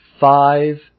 five